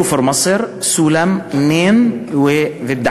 כפר מצר, סולם, נין ודחי.